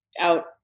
out